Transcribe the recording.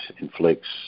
inflicts